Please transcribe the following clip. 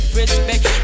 respect